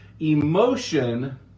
emotion